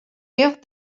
give